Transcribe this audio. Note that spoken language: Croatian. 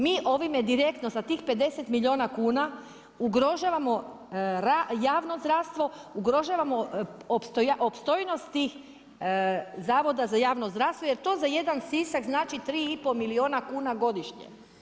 Mi ovime direktno sa tih pedeset milijuna kuna ugrožavamo javno zdravstvo, ugrožavamo opstojnost tih zavoda za javno zdravstvo jer to za jedna Sisak znači 3 i pol milijuna kuna godišnje.